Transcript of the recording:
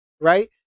right